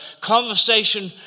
conversation